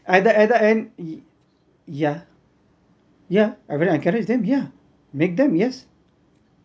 at the at the end ye~ yeah yeah I really encourage them yeah make them yes